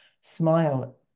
smile